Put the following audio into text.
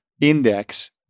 index